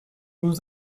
nous